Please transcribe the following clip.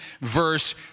verse